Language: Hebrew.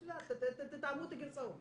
את יודעת, תתאמו את הגרסאות.